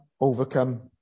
overcome